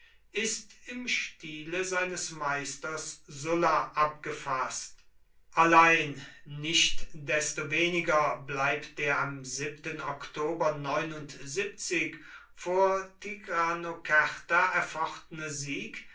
ist im stile seines meisters sulla abgefaßt allein nichtdestoweniger bleibt der am vor tigranokerta erfochtene sieg